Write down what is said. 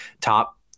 top